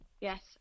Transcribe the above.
Yes